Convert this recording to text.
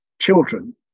children